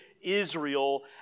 Israel